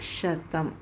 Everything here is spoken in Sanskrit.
शतं